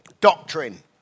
doctrine